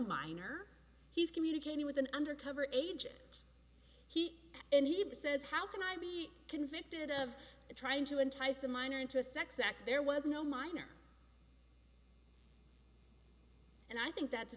minor he's communicating with an undercover agent he and he says how can i be convicted of trying to entice a minor into a sex act there was no minor and i think that's